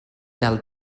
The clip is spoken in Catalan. del